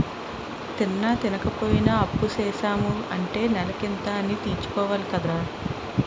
తిన్నా, తినపోయినా అప్పుసేసాము అంటే నెలకింత అనీ తీర్చుకోవాలి కదరా